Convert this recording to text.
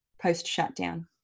post-shutdown